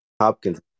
Hopkins